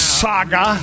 saga